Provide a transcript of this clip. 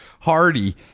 Hardy